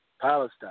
Palestine